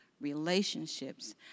relationships